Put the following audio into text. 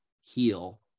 heal